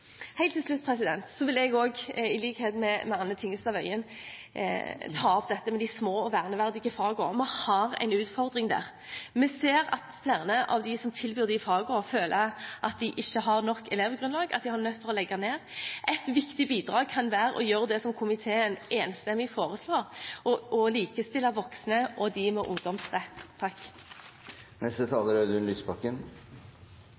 Helt til slutt vil jeg, i likhet med Anne Tingelstad Wøien, ta opp dette med de små og verneverdige fagene. Vi har en utfordring der. Vi ser at flere av dem som tilbyr de fagene, føler at de ikke har nok elevgrunnlag, og at de er nødt til å legge ned. Ett viktig bidrag kan være å gjøre det som komiteen enstemmig foreslår: å likestille voksne søkere og søkere med ungdomsrett.